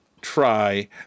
try